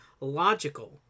logical